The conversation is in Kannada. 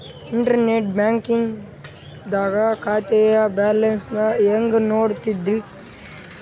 ಇಂಟರ್ನೆಟ್ ಬ್ಯಾಂಕಿಂಗ್ ದಾಗ ಖಾತೆಯ ಬ್ಯಾಲೆನ್ಸ್ ನ ಹೆಂಗ್ ನೋಡುದ್ರಿ?